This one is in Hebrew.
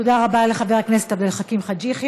תודה רבה לחבר הכנסת עבד אל חכים חאג' יחיא.